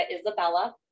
Isabella